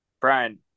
Brian